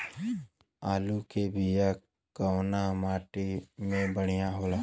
आलू के बिया कवना माटी मे बढ़ियां होला?